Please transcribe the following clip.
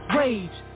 rage